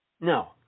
no